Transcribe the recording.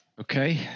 okay